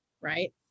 right